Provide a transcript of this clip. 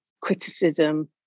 criticism